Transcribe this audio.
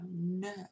no